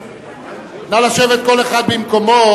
כל אחד במקומו,